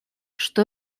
что